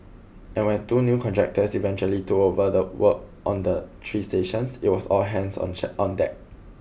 and when two new contractors eventually took over the work on the three stations it was all hands on check on deck